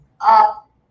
up